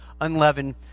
Unleavened